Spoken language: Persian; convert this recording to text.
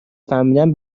فهمیدم